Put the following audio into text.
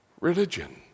religion